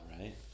right